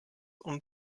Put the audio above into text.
und